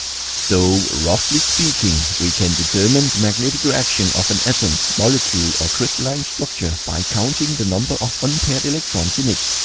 so roughly speaking we can determine the magnetic reaction of an atom, molecule or crystalline structure by counting the number of unpaired electrons in it.